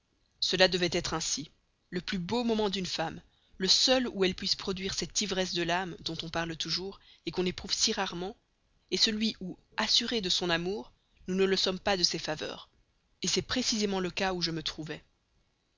cela devait être ainsi le plus beau moment d'une femme le seul où elle puisse produire cette ivresse de l'âme dont on parle toujours qu'on éprouve si rarement est celui où assurés de son amour nous ne le sommes pas de ses faveurs c'est précisément le cas où je me trouvais